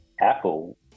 Apple